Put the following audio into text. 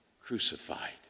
crucified